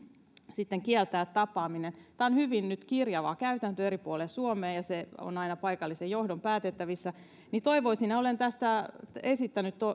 sitten kieltää tapaaminen kun tässä on nyt hyvin kirjava käytäntö eri puolilla suomea ja se on aina paikallisen johdon päätettävissä niin toivoisin ja olen tästä esittänyt